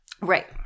right